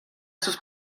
sus